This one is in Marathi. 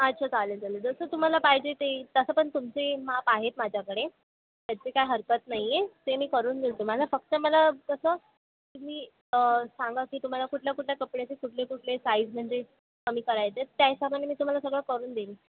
अच्छा चालेल चालेल जसं तुम्हाला पाहिजे ते तसं पण तुमचे माप आहेच माझ्याकडे त्याची काय हरकत नाही आहे ते मी करून देईन तुम्हाला फक्त मला कसं तुम्ही सांगा की तुम्हाला कुठल्या कुठल्या कपड्यांचे कुठले कुठले साइझ म्हणजे कमी करायचे आहेत त्या हिशोबानं मी तुम्हाला सगळं करून देईन